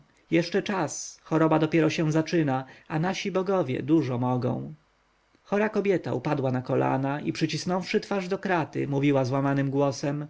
jeszcze czas choroba dopiero się zaczyna a nasi bogowie dużo mogą chora kobieta upadła na kolana i przyciskając twarz do kraty mówiła złamanym głosem